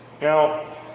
Now